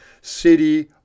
city